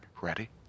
Ready